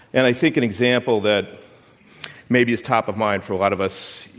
and i think an example that maybe is top of mind for a lot of us